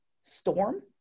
storm